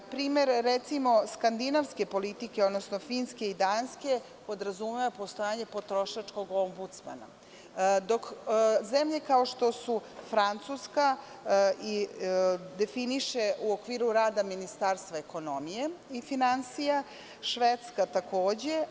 Na primer, recimo, skandinavska politika, odnosno Finska i Danska, podrazumeva postojanje potrošačkog Ombudsmana, dok zemlje kao što su Francuska definišu u okviru rada Ministarstva ekonomije i finansija, kao i Švedska takođe.